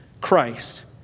Christ